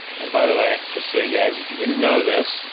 and by the way, just so you guys, if you didn't know this,